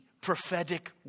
prophetic